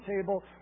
table